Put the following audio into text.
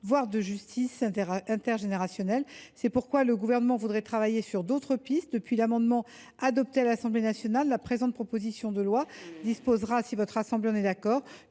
voire de justice intergénérationnelle. C’est pourquoi le Gouvernement voudrait travailler sur d’autres pistes. À la suite de l’adoption de l’amendement à l’Assemblée nationale, la présenter proposition de loi prévoit, si votre assemblée en est d’accord,